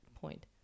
point